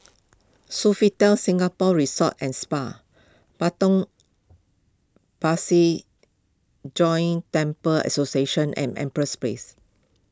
Sofitel Singapore Resort and Spa Potong Pasir Joint Temples Association and Empress Place